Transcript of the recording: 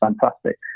fantastic